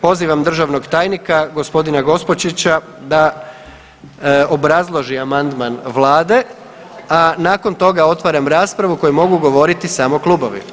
Pozivam državnog tajnika gospodina Gospočića da obrazloži amandman Vlade, a nakon toga otvaram raspravu u kojoj mogu govoriti samo klubovi.